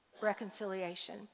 reconciliation